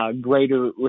greater